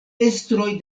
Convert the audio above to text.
estroj